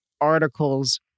articles